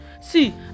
See